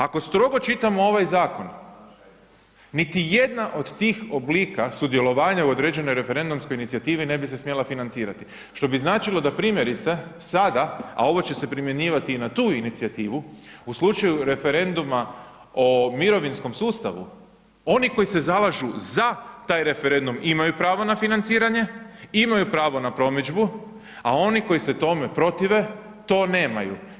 Ako strogo čitamo ovaj zakon, niti jedna od tih oblika sudjelovanja u određenoj referendumskoj inicijativi ne bi se smjela financirati što bi značilo da primjerice sada a ovo će se primjenjivati i na tu inicijativu, u slučaju referenduma o mirovinskom sustavu, oni koji se zalažu za taj referendum imaju pravo na financiranje, imaju pravo na promidžbu, a oni koji se tome protive, to nemaju.